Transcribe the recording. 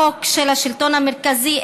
בשלטון המרכזי,